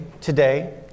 today